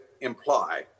imply